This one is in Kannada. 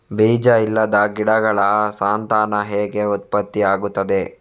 ಬೀಜ ಇಲ್ಲದ ಗಿಡಗಳ ಸಂತಾನ ಹೇಗೆ ಉತ್ಪತ್ತಿ ಆಗುತ್ತದೆ?